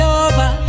over